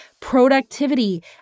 productivity